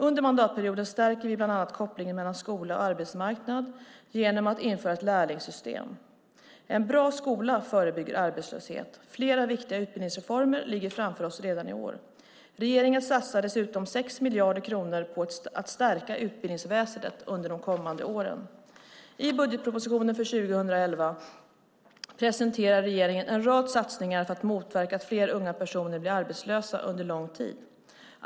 Under mandatperioden stärker vi bland annat kopplingen mellan skola och arbetsmarknad genom att införa ett lärlingssystem. En bra skola förebygger arbetslöshet. Flera viktiga utbildningsreformer ligger framför oss redan i år. Regeringen satsar dessutom 6 miljarder kronor på att stärka utbildningsväsendet de kommande åren. I budgetpropositionen för 2011 presenterade regeringen en rad satsningar för att motverka att fler unga personer blir arbetslösa under lång tid.